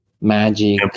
magic